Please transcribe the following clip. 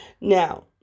now